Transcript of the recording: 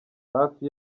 hafi